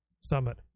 summit